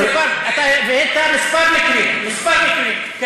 אתה הבאת כמה מקרים כאלה.